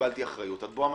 וקיבלתי אחריות עד בוא המשיח.